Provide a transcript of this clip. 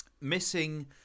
Missing